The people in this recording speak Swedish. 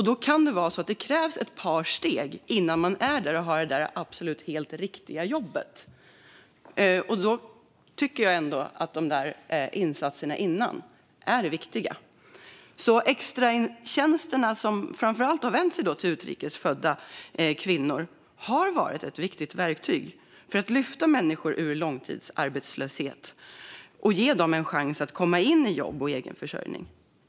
Det kan behövas fler steg tills man har det där riktiga jobbet, och då tycker jag att de där insatserna innan är det viktiga. Extratjänsterna, som framför allt har vänt sig till utrikes födda kvinnor, har alltså varit ett viktigt verktyg för att lyfta människor ur långtidsarbetslöshet och ge dem en chans att komma in i jobb och egen försörjning.